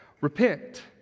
repent